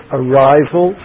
arrival